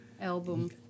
album